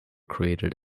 created